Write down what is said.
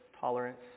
tolerance